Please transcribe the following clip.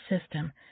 system